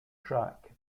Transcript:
track